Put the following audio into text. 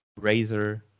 Razer